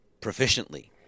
proficiently